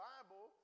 Bible